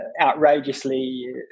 outrageously